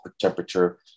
temperature